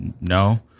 No